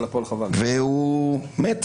והוא מת.